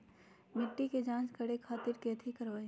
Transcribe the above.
मिट्टी के जाँच करे खातिर कैथी करवाई?